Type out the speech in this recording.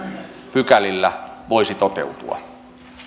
pykälillä voisi toteutua